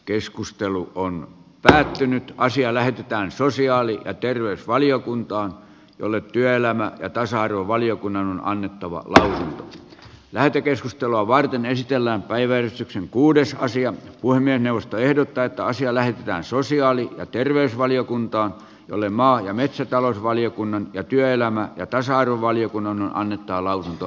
keskustelu on päättynyt ja asia lähetetään sosiaali ja terveysvaliokuntaan jolle työelämä ja tasa arvovaliokunnan on hankittava käydään lähetekeskustelua varten esitellään kaiversi kuudessa asian puiminen puhemiesneuvosto ehdottaa että asia lähetetään sosiaali ja terveysvaliokuntaan jolle maa ja metsätalousvaliokunnan sekä työelämä ja tasa arvovaliokunnan on annettava lausunto